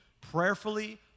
prayerfully